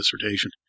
dissertation